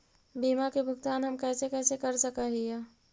बीमा के भुगतान हम कैसे कैसे कर सक हिय?